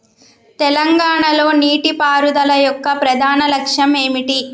తెలంగాణ లో నీటిపారుదల యొక్క ప్రధాన లక్ష్యం ఏమిటి?